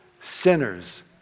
sinners